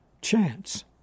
chance